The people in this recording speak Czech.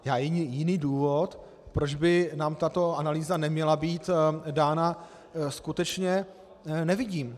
Já jiný důvod, proč by nám tato analýza neměla být dána, skutečně nevidím.